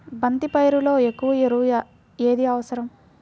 బంతి పైరులో ఎక్కువ ఎరువు ఏది అవసరం?